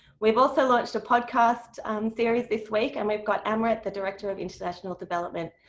we've also launched a podcast series this week, and we've got amwrit, the director of international development,